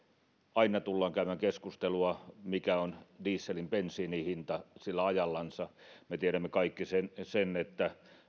aina tullaan käymään keskustelua mikä on dieselin ja bensiinin hinta sillä ajallansa me tiedämme kaikki sen sen että